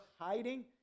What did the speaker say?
hiding